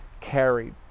carried